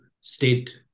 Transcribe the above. state